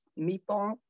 meatball